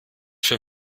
für